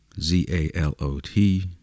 Z-A-L-O-T